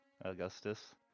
Augustus